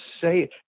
say